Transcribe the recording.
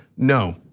no,